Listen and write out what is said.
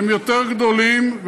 יותר גדולים,